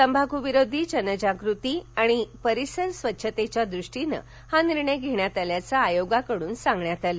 तंबाखुविरोधी जनजागृती आणि परिसर स्वच्छतेच्या द्रष्टीनं हा निर्णय घेण्यात आल्याचं आयोगाकडून सांगण्यात आलं